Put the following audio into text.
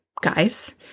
guys